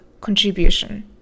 contribution